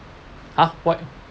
ha what